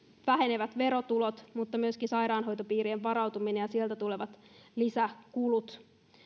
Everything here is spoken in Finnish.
vähenevät verotulot mutta myöskin sairaanhoitopiirien varautuminen ja sieltä tulevat lisäkulut